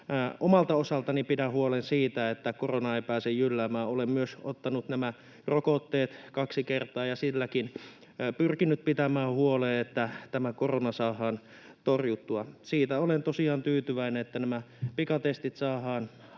omalta osaltani pidän huolen siitä, että korona ei pääse jylläämään. Olen myös ottanut nämä rokotteet kaksi kertaa ja silläkin pyrkinyt pitämään huolen, että tämä korona saadaan torjuttua. Siitä olen tosiaan tyytyväinen, että näistä pikatesteistä saadaan